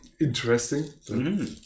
interesting